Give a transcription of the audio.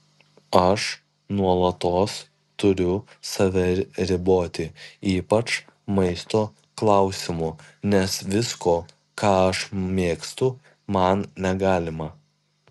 aš nuolatos turiu save riboti ypač maisto klausimu nes visko ką aš mėgstu man negalima